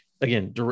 again